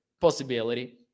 possibility